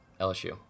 LSU